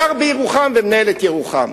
גר בירוחם ומנהל את ירוחם.